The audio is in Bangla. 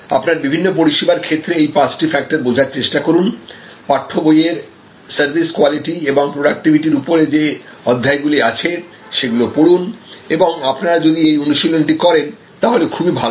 আপনার বিভিন্ন ধরনের পরিষেবার ক্ষেত্রে এই পাঁচটি ফ্যাক্টর বোঝার চেষ্টা করুন পাঠ্য বইয়ের সার্ভিস কোয়ালিটি এবং প্রডাক্টিভিটির উপরে যে অধ্যায়গুলো আছে সেগুলো পড়ুন এবং আপনারা যদি এই অনুশীলন টি করেন তাহলে খুবই ভালো হয়